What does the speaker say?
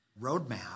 roadmap